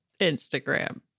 Instagram